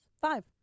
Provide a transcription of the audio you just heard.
Five